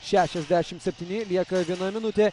šešiasdešim septyni lieka viena minutė